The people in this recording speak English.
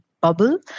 bubble